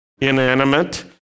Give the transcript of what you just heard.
inanimate